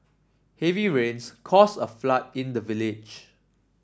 heavy rains caused a flood in the village